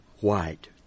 white